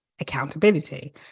Accountability